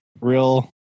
real